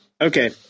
Okay